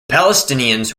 palestinians